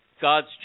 God's